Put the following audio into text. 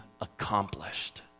accomplished